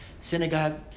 synagogue